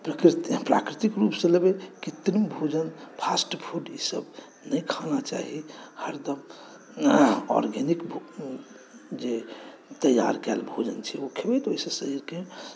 प्राकृतिक रूपसँ लेबै कृत्रिम भोजन फ़ास्ट फूड ईसभ नहि खाना चाही हरदम आर्गेनिक जे तैआर कएल भोजन छै ओ खेबै तऽ ओहिसँ शरीरकेँ